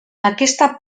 aquesta